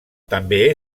també